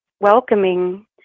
welcoming